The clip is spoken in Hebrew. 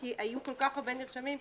כי היו כל כך הרבה נרשמים,